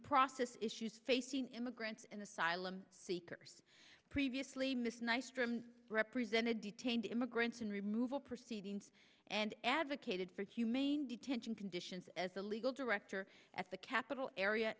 process issues facing immigrants and asylum seekers previously missed nystrom represented detained immigrants in removal proceedings and advocated for humane detention conditions as a legal director at the capitol area